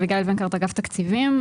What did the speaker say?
אגף תקציבים.